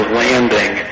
landing